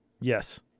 Yes